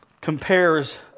compares